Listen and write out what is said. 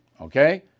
Okay